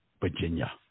Virginia